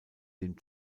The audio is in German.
dem